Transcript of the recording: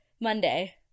monday